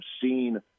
seen